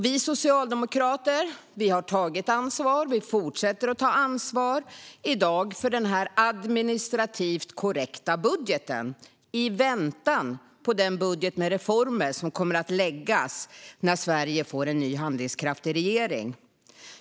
Vi socialdemokrater har tagit ansvar och fortsätter att ta ansvar för denna administrativt korrekta budget i väntan på den budget med reformer som kommer att läggas fram när Sverige får en ny handlingskraftig regering.